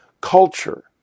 culture